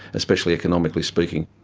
especially economically speaking.